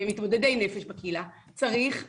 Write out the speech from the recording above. צריך להשקיע.